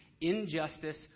injustice